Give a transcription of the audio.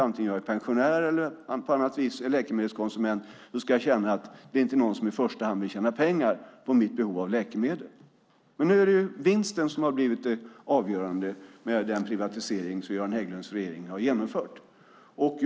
Oavsett om jag är pensionär eller på annat vis läkemedelskonsument ska jag känna att det inte är någon som i första hand vill tjäna pengar på mitt behov av läkemedel. Med den privatisering som Göran Hägglunds regering har genomfört har vinsten blivit det avgörande.